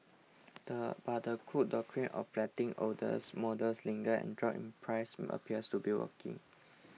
but the Cook Doctrine of letting olders models linger and drop in price appears to be working